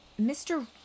Mr